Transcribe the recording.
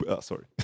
Sorry